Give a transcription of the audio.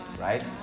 right